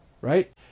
right